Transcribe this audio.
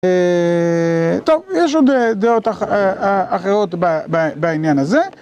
טוב, יש עוד דעות אחרות בעניין הזה.